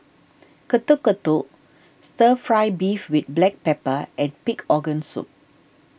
Getuk Getuk Stir Fry Beef with Black Pepper and Pig Organ Soup